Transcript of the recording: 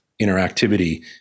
interactivity